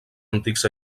antics